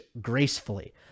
gracefully